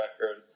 record